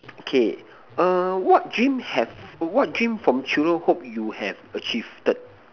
okay err what dream have what dream from children hope you have achieved